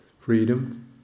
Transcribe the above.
freedom